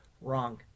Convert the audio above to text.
wrong